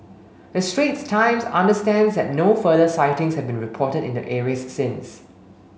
the Straits Times understands that no further sightings have been reported in the areas since